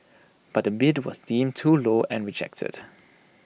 but the bid was deemed too low and rejected